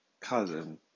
cousin